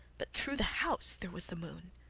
but through the house there was the moon.